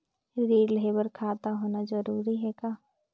ऋण लेहे बर खाता होना जरूरी ह का?